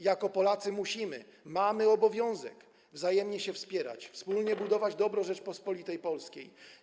Jako Polacy musimy, mamy obowiązek, wzajemnie się wspierać, wspólnie budować dobro Rzeczypospolitej Polskiej.